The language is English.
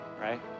right